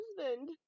husband